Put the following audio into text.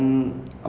okay